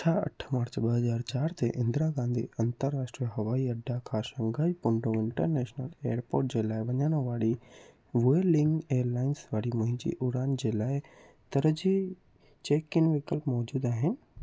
छा अठ मार्च ॿ हज़ार चार ते इंदिरा गांधी अंतर्राष्ट्रीय हवाईअड्डा खां शंघाई पुडोंग इंटरनैशनल एअरपोर्ट जे लाइ वञण वारी वुएलिंग एयरलाइंस वारी मुंहिंजी उड़ान जे लाइ तरजीही चेक इन विकल्प मौजूदु आहिनि